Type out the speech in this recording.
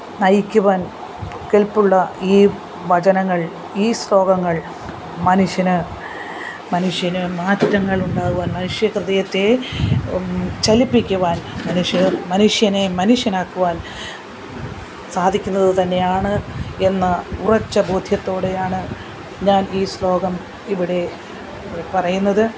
നയിക്കുവാന് കെല്പ്പുള്ള ഈ വചനങ്ങള് ഈ ശ്ലോകങ്ങള് മനുഷ്യന് മനുഷ്യന് മാറ്റങ്ങൾ ഉണ്ടാകുവാന് മനുഷ്യഹൃദയത്തെ ചലിപ്പിക്കുവാന് മനുഷ്യന് മനുഷ്യനെ മനുഷ്യൻ ആക്കുവാന് സാധിക്കുന്നത് തന്നെയാണ് എന്ന ഉറച്ച ബോധ്യത്തോടെയാണ് ഞാന് ഈ ശ്ലോകം ഇവിടെ പറയുന്നത്